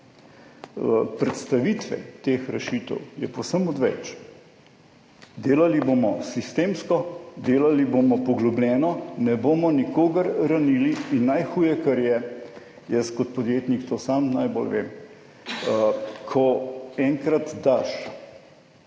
predstavitve teh rešitev je povsem odveč. Delali bomo sistemsko, delali bomo poglobljeno, ne bomo nikogar ranili. In najhuje, kar je, jaz kot podjetnik, to sam najbolj vem, ko enkrat daš